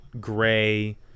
gray